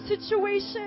situation